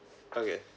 okay